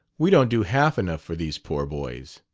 we don't do half enough for these poor boys.